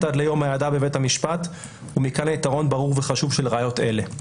עד ליום העדות בבית המשפט ומכאן היתרון ברור וחשוב של ראיות אלה.